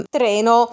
treno